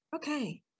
Okay